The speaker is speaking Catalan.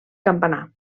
campanar